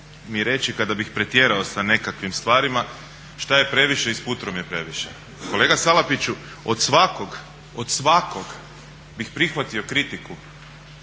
mi reći kada bih pretjerao sa nekakvim stvarima šta je previše i s putrom je previše. Kolega Salapiću, od svakog, od svakog bih prihvatio kritiku